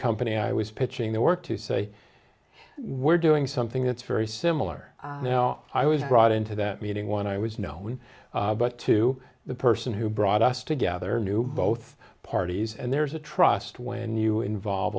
company i was pitching the work to say we're doing something that's very similar now i was brought into that meeting when i was no one but to the person who brought us together knew both parties and there's a trust when you involve